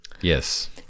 Yes